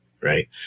Right